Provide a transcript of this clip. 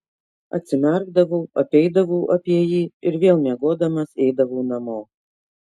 atsimerkdavau apeidavau apie jį ir vėl miegodamas eidavau namo